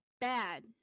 bad